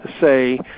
say